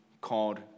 called